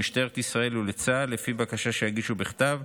למשטרת ישראל ולצה"ל לפי בקשה שיגישו בכתב,